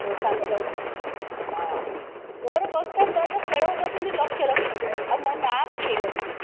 ତୋ ସାଙ୍ଗ ଯାଉଛି ହଁ ତୋର କନସେନଟ୍ରେଟ୍ ଖେଳ ଉପରେ ଯେମିତି ଲକ୍ଷ୍ୟ ରଖିବୁ ଆଉ ମୋ ନାଁ ପକେଇବନି ଯେମିତି